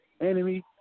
enemy